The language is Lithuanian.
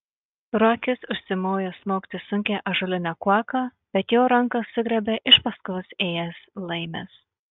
ruokis užsimojo smogti sunkia ąžuoline kuoka bet jo ranką sugriebė iš paskos ėjęs laimis